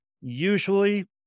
usually